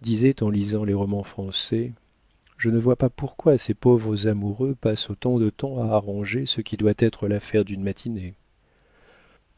disait en lisant les romans français je ne vois pas pourquoi ces pauvres amoureux passent autant de temps à arranger ce qui doit être l'affaire d'une matinée